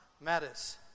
Matters